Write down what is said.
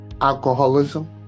alcoholism